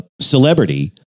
celebrity